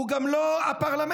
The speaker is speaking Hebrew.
הוא גם לא הפרלמנט.